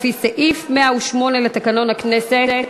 לפי סעיף 108 לתקנון הכנסת.